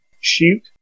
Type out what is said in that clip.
shoot